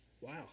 Wow